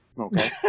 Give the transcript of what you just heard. okay